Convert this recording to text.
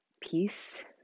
peace